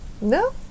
No